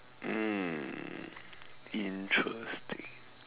mm interesting